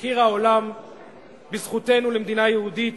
הכיר העולם בזכותנו למדינה יהודית,